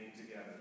together